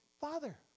Father